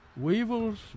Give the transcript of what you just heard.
weevils